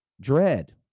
dread